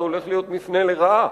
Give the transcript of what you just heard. זה הולך להיות מפנה לרעה,